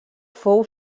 fou